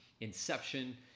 inception